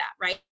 right